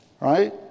Right